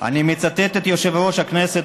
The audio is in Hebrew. אני מצטט את יושב-ראש הכנסת,